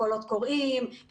קולות קוראים,